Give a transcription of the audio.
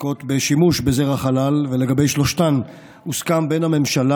עוסקות בשימוש בזרע חלל ולגבי שלושתן הוסכם בין הממשלה